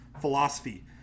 philosophy